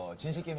it's